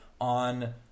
on